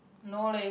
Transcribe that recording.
no leh